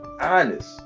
honest